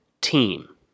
team